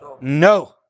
No